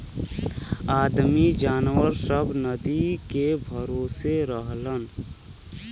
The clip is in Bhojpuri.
आदमी जनावर सब नदी के भरोसे रहलन